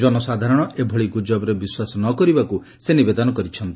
ଜନସାଧାରଣ ଏଭଳି ଗୁଜବରେ ବିଶ୍ୱାସ ନ କରିବାକୁ ସେ ନିବେଦନ କରିଛନ୍ତି